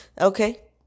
okay